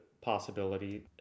possibility